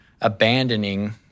abandoning